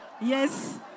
Yes